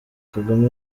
kagame